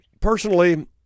personally